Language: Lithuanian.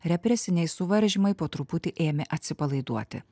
represiniai suvaržymai po truputį ėmė atsipalaiduoti